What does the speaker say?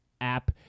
App